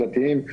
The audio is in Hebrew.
דתיים,